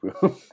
Boom